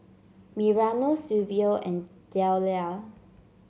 Mariano Silvio and Dellia